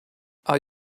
are